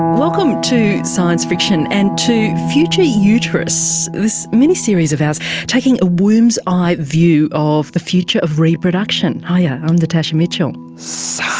welcome to science friction, and to future uterus, this miniseries of ours taking a womb's eye view of the future of reproduction. hi, ah i'm natasha mitchell. so